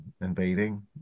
invading